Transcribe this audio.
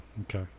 Okay